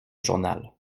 journal